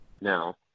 now